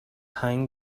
هنگ